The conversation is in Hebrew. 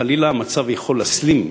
חלילה המצב יכול להסלים,